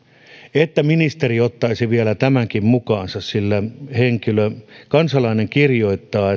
että ministeri ottaisi vielä tämänkin mukaansa sillä kansalainen kirjoittaa